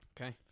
Okay